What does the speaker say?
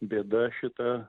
bėda šita